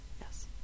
Yes